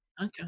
Okay